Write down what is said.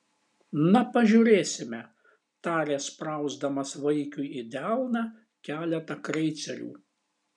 na pažiūrėsime tarė sprausdamas vaikiui į delną keletą kreicerių